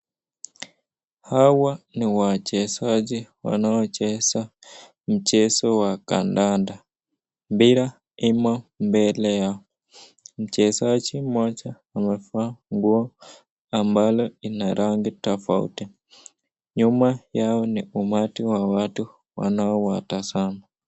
Hawa ni wachezaji wanaocheza mchezo wa kandanda, mpira iko mbele yao, mchezaji mmoja amevaa nguo ambalo ina rangi tofauti. Nyuma yao ni umati wa watu wanaowatazama.